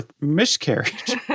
Miscarriage